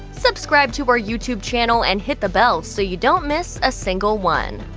subscribe to our youtube channel and hit the bell so you don't miss a single one.